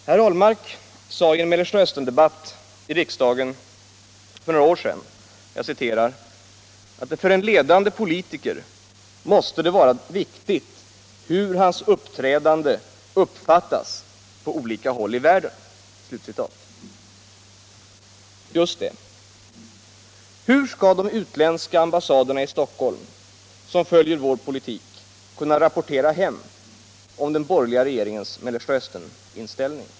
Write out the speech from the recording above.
Herr Ahlmark sade i en Mellersta Östern-debatt i riksdagen för några år sedan: ”För en ledande politiker måste det vara viktigt hur hans uppträdande uppfattas på olika håll i världen.” Just det! Hur skall de utländska ambassaderna i Stockholm, som följer vår politik, kunna rapportera hem om den borgerliga regeringens Mellersta Östern-inställning?